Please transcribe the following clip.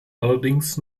allerdings